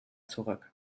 zurück